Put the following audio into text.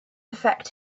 affect